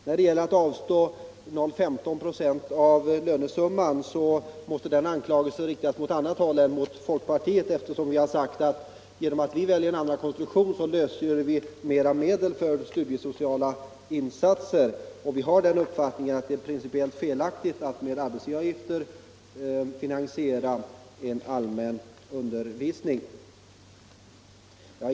När det gäller att avstå från 0,15 926 av lönesumman så måste anklagelsen riktas mot annat håll än mot folkpartiet, eftersom vi har sagt att vi genom att välja en annan konstruktion lösgör mer medel för studiesociala insatser. Vi har den uppfattningen att det är principiellt felaktigt att med arbetsgivaravgifter finansiera en allmän undervisning.